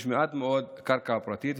יש מעט מאוד קרקע פרטית,